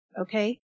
Okay